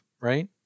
right